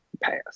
passed